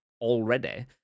already